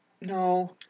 no